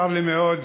צר לי מאוד,